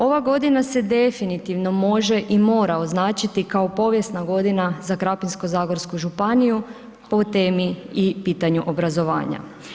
Ova godina se definitivno može i mora označiti kao povijesna godina za Krapinsko-zagorsku županiju po temi i pitanju obrazovanja.